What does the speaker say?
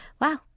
wow